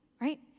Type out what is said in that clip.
right